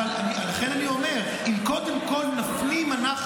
לכן אני אומר, אם קודם כול נפנים אנחנו